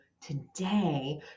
today